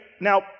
now